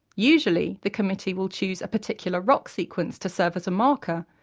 usually, the committee will choose a particular rock sequence to serve as a marker,